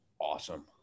awesome